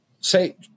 say